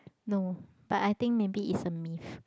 no but I think maybe is a myth